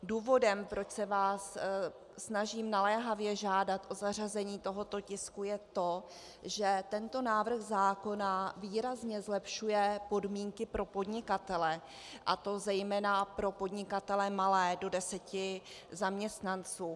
Důvodem, proč se vás snažím naléhavě žádat o zařazení tohoto tisku, je to, že tento návrh zákona výrazně zlepšuje podmínky pro podnikatele, a to zejména pro podnikatele malé, do deseti zaměstnanců.